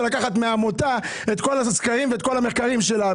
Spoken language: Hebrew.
לקחת מהעמותה את כל הסקרים ואת כל המחקרים שלה.